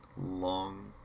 long